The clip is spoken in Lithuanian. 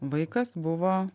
vaikas buvo